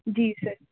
ਜੀ ਸਰ